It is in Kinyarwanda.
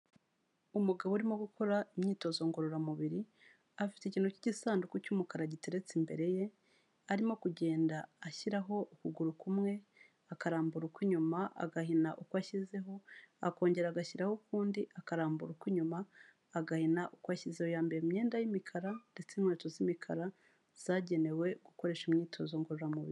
Umugabo urimo gukora imyitozo ngororamubiri, afite ikintu cy'igisanduku cy'umukara giteretse imbere ye, arimo kugenda ashyiraho ukuguru kumwe, akarambura ukw'inyuma, agahina uko ashyizeho, akongera agashyiraho ukundi, akarambura ukw'inyuma, agahina uko ashyizeho, yambaye imyenda y'imikara ndetse n'inkweto z'imikara zagenewe gukoresha imyitozo ngororamubiri.